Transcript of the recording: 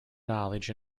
knowledge